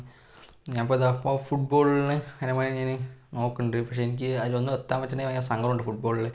ഞാൻ ഇപ്പോൾ ഇതാ ഫുട്ബോളിന് ഇങ്ങനെ നോക്കുന്നുണ്ട് പക്ഷേ എനിക്ക് അതിലൊന്നും എത്താൻ പറ്റുന്നില്ല എന്ന സങ്കടമുണ്ട് ഫുട്ബോളിൽ